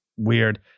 Weird